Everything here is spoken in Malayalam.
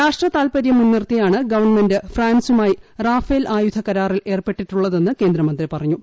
രാഷ്ട്ര താൽപര്യം മുൻനിർത്തിയാണ് ഗവൺമെന്റ് ഫ്രാൻസുമായി റാഫേൽ ആയുധ കരാറിൽ ഏർപ്പെട്ടിട്ടുള്ളതെന്ന് കേന്ദ്രമന്ത്രി പറഞ്ഞു